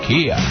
Kia